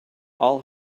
all